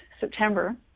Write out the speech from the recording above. September